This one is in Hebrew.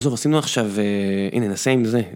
טוב, עשינו עכשיו... הנה, נעשה עם זה.